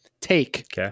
Take